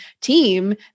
team